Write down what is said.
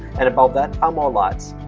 and above that, are more lights.